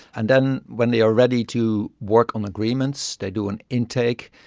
and then when they are ready to work on agreements, they do an intake,